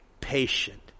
patient